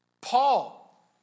Paul